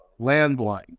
landline